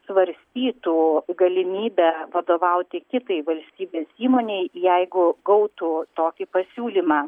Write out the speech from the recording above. svarstytų galimybę vadovauti kitai valstybės įmonei jeigu gautų tokį pasiūlymą